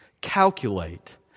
calculate